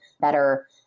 better